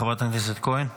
חברת הכנסת כהן.